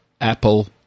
Apple